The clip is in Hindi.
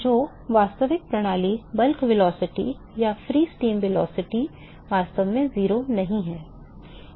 तो वास्तविक प्रणाली बल्क वेलोसिटी या फ्री स्ट्रीम वेलोसिटी वास्तव में 0 नहीं है